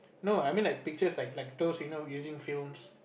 no I mean like pictures like like those you know using films